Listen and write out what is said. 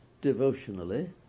devotionally